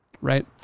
right